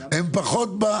הוא עם קלצ'ניקוב עכשיו.